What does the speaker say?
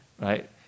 right